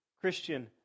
Christian